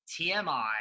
TMI